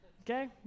okay